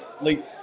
late